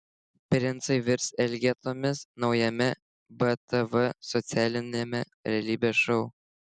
princai virs elgetomis naujame btv socialiniame realybės šou